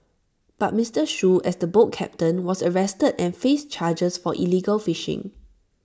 but Mister Shoo as the boat captain was arrested and faced charges for illegal fishing